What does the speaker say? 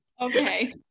okay